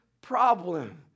problem